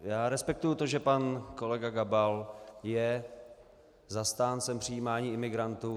Já respektuji to, že pan kolega Gabal je zastáncem přijímání imigrantů.